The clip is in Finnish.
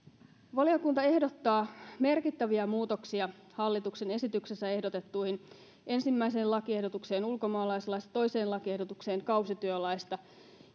valiokunta ehdottaa merkittäviä muutoksia hallituksen esityksessä ehdotettuihin ensimmäiseen lakiehdotukseen ulkomaalaislaista ja toiseen lakiehdotukseen kausityölaista